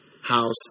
house